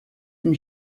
and